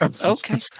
Okay